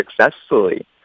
successfully